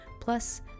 Plus